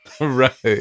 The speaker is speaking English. Right